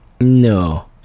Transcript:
No